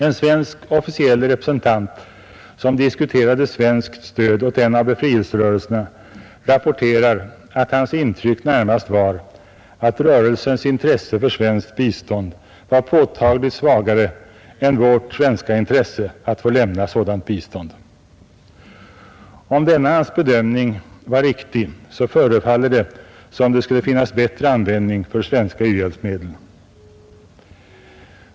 En svensk officiell representant som diskuterade svenskt stöd åt en av befrielserörelserna rapporterar att hans intryck närmast var att rörelsens intresse för svenskt bistånd var påtagligt svagare än vårt svenska intresse att få lämna sådant bistånd. Om denna hans bedömning var riktig, så förefaller det som om det skulle finnas bättre användning för svenska u-hjälpsmedel.